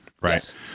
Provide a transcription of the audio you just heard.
Right